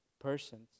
persons